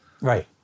right